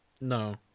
No